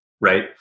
right